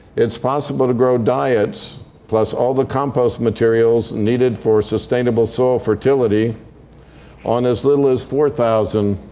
it's possible to grow diets plus all the compost materials needed for sustainable soil fertility on as little as four thousand,